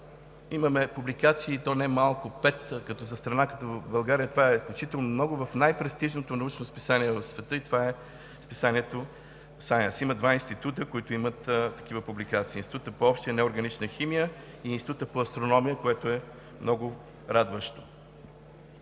имаме публикации, и то немалко – 5, за страна като България това е изключително много, в най-престижното научно списание в света – Science. Има два института, които имат такива публикации – Институтът по обща и неорганична химия и Институтът по астрономия, което е много радващо.